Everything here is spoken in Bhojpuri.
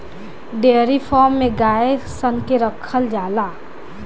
डेयरी फार्म में गाय सन के राखल जाला